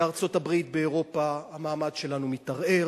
בארצות-הברית ובאירופה המעמד שלנו מתערער,